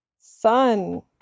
Sun